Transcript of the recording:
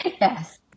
Yes